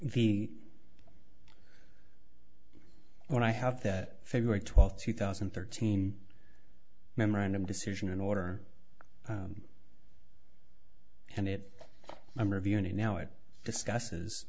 if he or i have that february twelfth two thousand and thirteen memorandum decision in order and it i'm reviewing it now it discusses